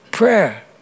Prayer